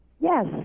Yes